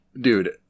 dude